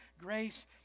grace